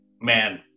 man